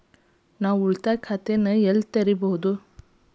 ನಾನು ಉಳಿತಾಯ ಖಾತೆಯನ್ನು ಎಲ್ಲಿ ತೆರೆಯಬಹುದು?